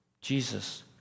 Jesus